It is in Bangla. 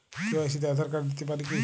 কে.ওয়াই.সি তে আধার কার্ড দিতে পারি কি?